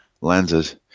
lenses